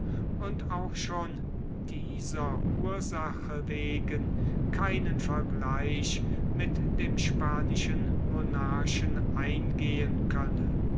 und auch schon dieser ursache wegen keinen vergleich mit dem spanischen monarchen eingehen könne